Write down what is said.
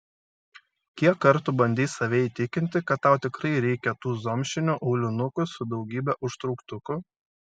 kiek kartų bandei save įtikinti kad tau tikrai reikia tų zomšinių aulinukų su daugybe užtrauktukų